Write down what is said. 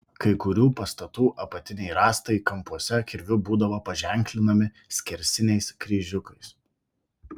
kai kurių pastatų apatiniai rąstai kampuose kirviu būdavo paženklinami skersiniais kryžiukais